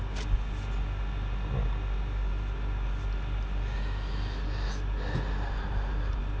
mm